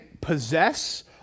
possess